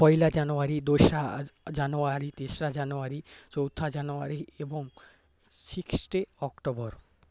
পয়লা January দোসরা জানুয়ারি তেসরা January চৌঠা জানুয়ারি এবং অক্টোবর